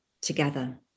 together